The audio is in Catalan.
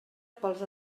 pels